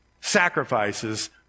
sacrifices